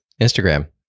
Instagram